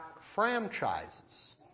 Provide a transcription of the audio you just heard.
franchises